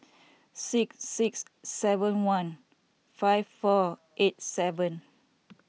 six six seven one five four eight seven